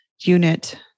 unit